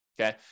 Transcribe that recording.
okay